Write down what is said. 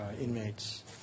inmates